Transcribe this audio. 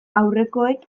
aurrekoek